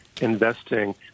investing